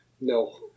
No